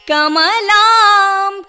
Kamalam